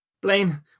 Blaine